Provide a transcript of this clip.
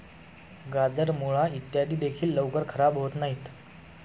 गाजर, मुळा इत्यादी देखील लवकर खराब होत नाहीत